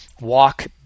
walk